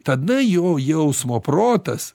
tada jo jausmo protas